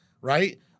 right